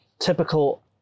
Typical